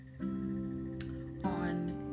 on